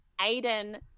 Aiden